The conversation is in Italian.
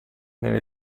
nelle